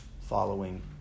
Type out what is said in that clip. following